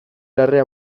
larrea